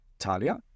Talia